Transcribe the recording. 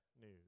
news